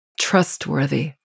trustworthy